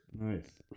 nice